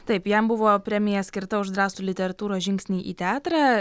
taip jam buvo premija skirta už drąsų literatūros žingsnį į teatrą